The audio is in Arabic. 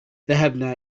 ذهبنا